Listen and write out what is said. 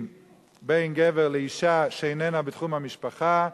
בין גבר לאשה שאיננה בתחום המשפחה,